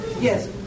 Yes